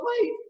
wait